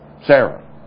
Sarah